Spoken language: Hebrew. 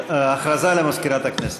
הודעה למזכירת הכנסת.